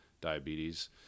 diabetes